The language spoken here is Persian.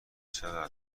چقدر